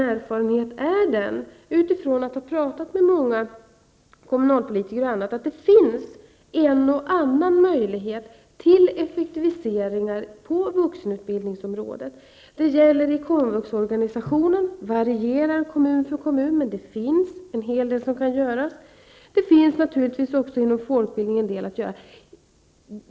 Efter att ha talat med många kommunalpolitiker och andra är min erfarenhet att det finns en och annan möjlighet till effektiviseringar på vuxenutbildningsområdet. Det gäller komvuxorganisationen, och det varierar från kommun till kommun, men det finns en hel del som kan göras. Det finns naturligtvis även inom folkbildningen en del att göra.